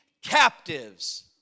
captives